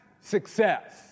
success